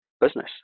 business